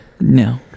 No